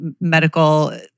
medical